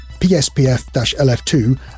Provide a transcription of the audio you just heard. PSPF-LF2